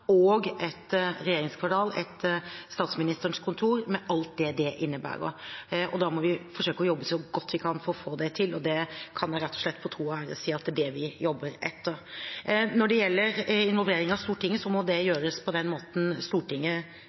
og et regjeringskvartal og et Statsministerens kontor med alt det innebærer. Da må vi forsøke å jobbe så godt vi kan for å få det til, og jeg kan rett og slett på tro og ære si at det er det vi jobber etter. Når det gjelder involvering av Stortinget, må det gjøres på den måten Stortinget